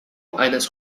eines